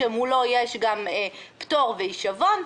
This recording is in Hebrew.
שמולו יש גם פטור והישבון.